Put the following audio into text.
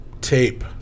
tape